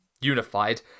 Unified